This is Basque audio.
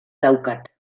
daukat